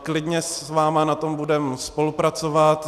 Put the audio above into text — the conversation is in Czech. Klidně s vámi na tom budeme spolupracovat.